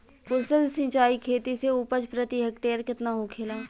कुशल सिंचाई खेती से उपज प्रति हेक्टेयर केतना होखेला?